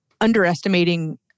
underestimating